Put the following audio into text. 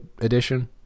edition